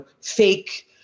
fake